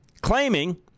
claiming